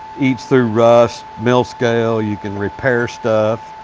eats through rust, mill scale. you can repair stuff.